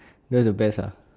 that's the best ah